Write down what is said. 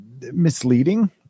misleading